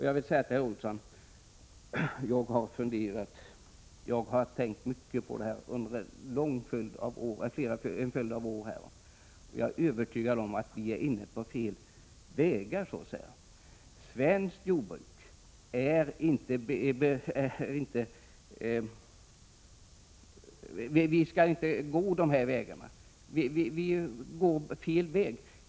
Jag vill säga till herr Olsson att jag funderat och tänkt mycket på det här under en följd av år, och jag är övertygad om att vi är inne på fel väg.